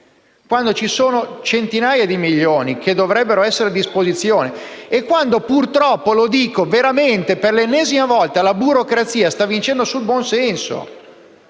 quando ci sono centinaia di milioni che dovrebbero essere a disposizione e quando purtroppo - lo dico per l'ennesima volta - la burocrazia sta vincendo sul buonsenso.